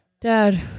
dad